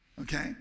okay